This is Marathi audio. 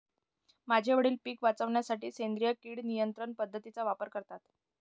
माझे वडील पिक वाचवण्यासाठी सेंद्रिय किड नियंत्रण पद्धतीचा वापर करतात